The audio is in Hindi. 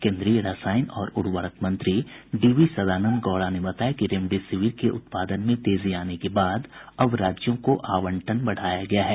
केन्द्रीय रसायन और उर्वरक मंत्री डीवी सदानन्द गौड़ा ने बताया कि रेमडेसिविर के उत्पादन में तेजी आने के बाद अब राज्यों को आवंटन बढ़ाया गया है